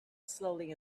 slowly